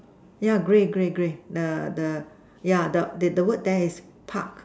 yeah grey grey grey the the yeah the the word there is Park